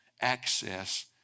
access